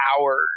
hours